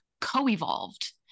co-evolved